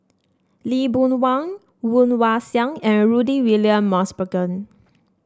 Lee Boon Wang Woon Wah Siang and Rudy William Mosbergen